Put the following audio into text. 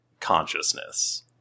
consciousness